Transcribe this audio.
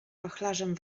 wachlarzem